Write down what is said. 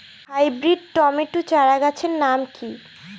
Hybrid tomato চারাগাছের নাম কি?